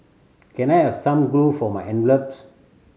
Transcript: can I have some glue for my envelopes